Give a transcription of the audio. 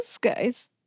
guys